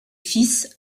fils